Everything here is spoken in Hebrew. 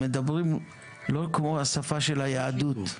הם מדברים לא כמו השפה של היהדות,